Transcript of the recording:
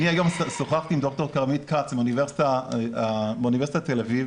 אני היום שוחחתי עם ד"ר כרמית כץ מאוניברסיטת תל אביב